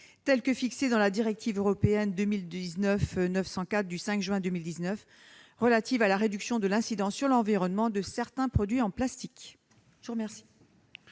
tel que fixé dans la directive européenne 2019/904 du 5 juin 2019 relative à la réduction de l'incidence sur l'environnement de certains produits en plastique